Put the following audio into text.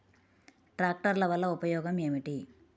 ట్రాక్టర్ల వల్ల ఉపయోగం ఏమిటీ?